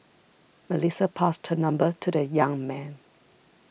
Melissa passed her number to the young man